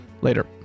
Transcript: later